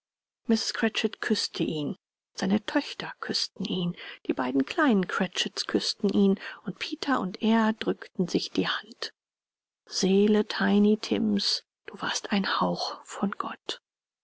küßte ihn seine töchter küßten ihn die beiden kleinen cratchits küßten ihn und peter und er drückten sich die hand seele tiny tims du warst ein hauch von gott